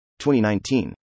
2019